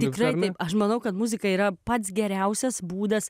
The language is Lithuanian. tikrai žinai aš manau kad muzika yra pats geriausias būdas